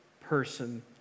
person